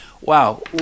Wow